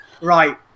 Right